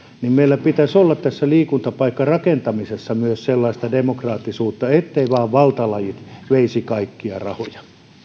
meillä pitäisi olla liikuntapaikkarakentamisessa myös sellaista demokraattisuutta etteivät vain valtalajit veisi kaikkia rahoja